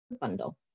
bundle